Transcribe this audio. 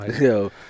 Yo